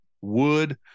wood